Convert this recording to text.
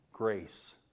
grace